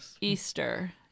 easter